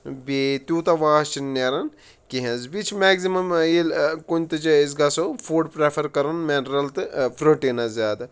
بیٚیہِ تیوٗتاہ واش چھِنہٕ نیران کینٛہہ حظ بیٚیہِ چھِ مٮ۪گزِمَم ییٚلہِ کُنہِ تہِ جاے أسۍ گژھو فُڈ پرٛفَر کَرُن مٮ۪نرَل تہٕ پروٗٹیٖن حظ زیادٕ